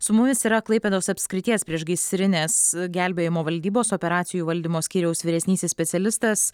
su mumis yra klaipėdos apskrities priešgaisrinės gelbėjimo valdybos operacijų valdymo skyriaus vyresnysis specialistas